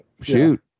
shoot